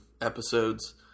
episodes